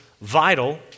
vital